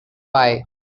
why